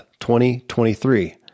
2023